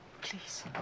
Please